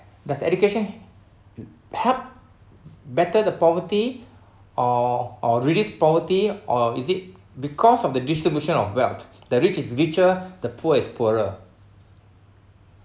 does education help better the poverty or or reduce property or is it because of the distribution of wealth the rich is richer the poor is poorer